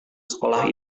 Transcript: sekolah